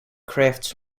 crafts